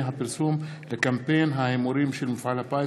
הפרסום לקמפיין ההימורים של מפעל הפיס,